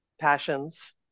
passions